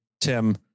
Tim